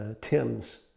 Tim's